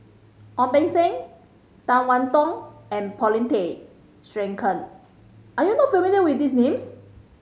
Ong Beng Seng Tan One Tong and Paulin Tay Straughan are you not familiar with these names